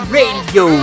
Radio